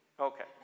Okay